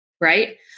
right